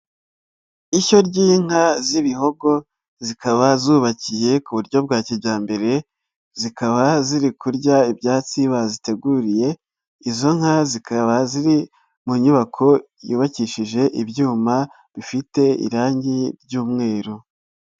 Ishyo ry'inka z'ibihogo, zikaba zubakiye ku buryo bwa kijyambere, zikaba ziri kurya ibyatsi baziteguriye, izo nka zikaba ziri mu nyubako yubakishije ibyuma, bifite irangi ry'umweru.